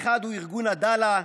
האחד הוא ארגון עדאלה,